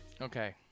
okay